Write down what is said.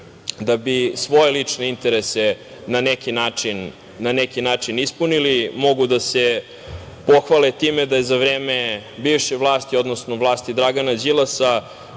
da bi svoje lične interese na neki način ispunili. Mogu da se pohvale time da je za vreme bivše vlasti, odnosno vlasti Dragana Đilasa,